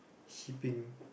shipping